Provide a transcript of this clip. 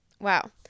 Wow